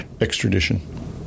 extradition